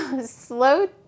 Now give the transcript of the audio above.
slow